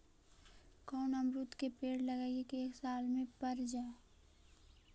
कोन अमरुद के पेड़ लगइयै कि एक साल में पर जाएं?